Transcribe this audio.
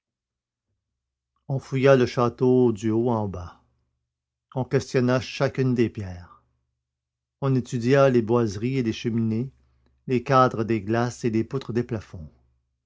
le château du haut en bas on questionna chacune des pierres on étudia les boiseries et les cheminées les cadres des glaces et les poutres des plafonds